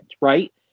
right